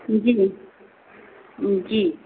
जी जी